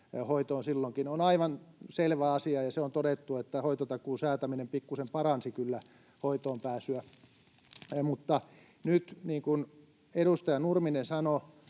hoitoon. On aivan selvä asia, ja se on todettu, että hoitotakuun säätäminen pikkuisen paransi kyllä hoitoonpääsyä. Mutta nyt, niin kuin edustaja Nurminen sanoi,